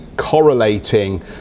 correlating